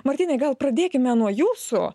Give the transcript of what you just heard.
martynai gal pradėkime nuo jūsų